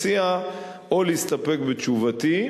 אני מציע להסתפק בתשובתי,